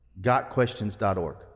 gotquestions.org